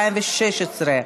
התשע"ו 2016,